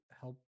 help